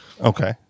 Okay